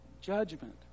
judgment